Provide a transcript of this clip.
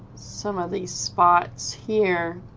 some of the spots here